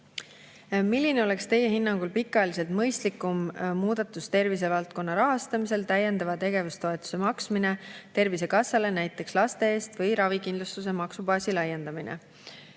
"Milline oleks Teie hinnangul pikaajaliselt mõistlikum muudatus tervisevaldkonna rahastamisel – täiendava tegevustoetuse maksmine Tervisekassale nt laste eest või ravikindlustuse maksubaasi laiendamine?"